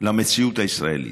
למציאות הישראלית,